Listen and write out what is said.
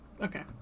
Okay